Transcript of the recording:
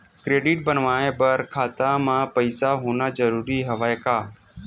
Credit बनवाय बर खाता म पईसा होना जरूरी हवय का?